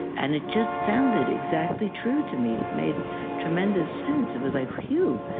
and it just sounded exactly true to me. it made tremendous sense. it was like, phew,